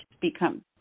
become